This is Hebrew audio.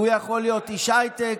הוא יכול להיות איש הייטק,